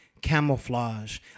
Camouflage